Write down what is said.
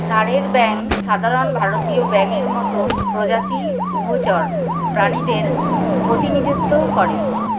স্যারের ব্যাংক সাধারণ ভারতীয় ব্যায়ের মতো প্রজাতি উভচর প্রাণীদের প্রতি করে